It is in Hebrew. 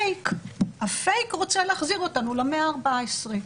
-- שה"פייק" רוצה להחזיר אותנו למאה ה-14.